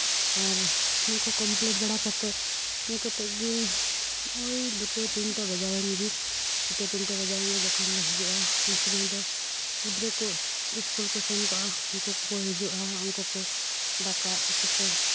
ᱟᱨ ᱱᱩᱠᱩ ᱠᱚᱢᱯᱤᱞᱤᱴ ᱵᱟᱲᱟ ᱠᱟᱛᱮ ᱤᱱᱟᱹ ᱠᱟᱛᱮ ᱜᱮ ᱳᱭ ᱫᱩᱴᱟ ᱛᱤᱱᱴᱟ ᱵᱟᱡᱟᱣ ᱮᱱ ᱜᱮ ᱫᱩᱴᱟ ᱛᱤᱱᱴᱟ ᱵᱟᱡᱟᱣ ᱮᱱᱜᱮ ᱡᱚᱠᱷᱚᱱ ᱞᱮ ᱦᱤᱡᱩᱜᱼᱟ ᱩᱱ ᱥᱚᱢᱚᱭ ᱫᱚ ᱜᱤᱫᱽᱨᱟᱹ ᱠᱚ ᱤᱥᱠᱩᱞ ᱠᱚ ᱥᱮᱱ ᱠᱚᱜᱼᱟ ᱩᱱᱠᱩ ᱠᱚ ᱦᱤᱡᱩᱜᱼᱟ ᱩᱱᱠᱩ ᱠᱚ ᱫᱟᱠᱟ ᱩᱛᱩ ᱠᱚ